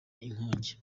inkongi